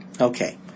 Okay